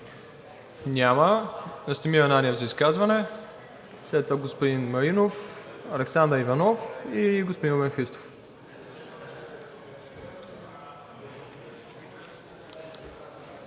Няма. Настимир Ананиев за изказване, след това господин Маринов, Александър Иванов и господин Румен Христов.